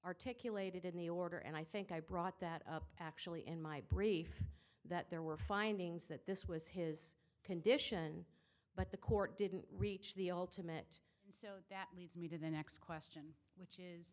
articulated in the order and i think i brought that up actually in my brief that there were findings that this was his condition but the court didn't reach the ultimate so that leads me to the next question